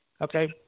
okay